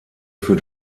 für